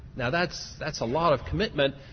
now that's that's a lot of commitment,